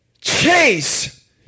chase